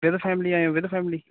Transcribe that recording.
with family ਆਏ ਹੋ with family